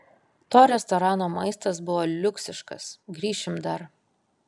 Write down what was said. to restorano maistas buvo liuksiškas grįšim dar